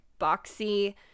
boxy